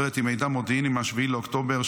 מחברת עם מידע מודיעיני מ-7 באוקטובר",